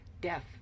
death